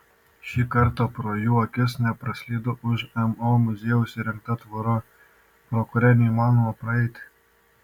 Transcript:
šį kartą pro jų akis nepraslydo už mo muziejaus įrengta tvora pro kurią neįmanoma praeiti